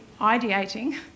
ideating